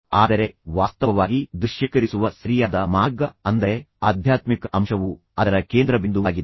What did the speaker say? ಆದರೆ ವಾಸ್ತವವಾಗಿ ದೃಶ್ಯೀಕರಿಸುವ ಸರಿಯಾದ ಮಾರ್ಗ ಅಂದರೆ ಆಧ್ಯಾತ್ಮಿಕ ಅಂಶವು ಅದರ ಕೇಂದ್ರಬಿಂದುವಾಗಿದೆ